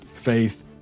faith